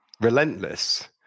relentless